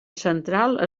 central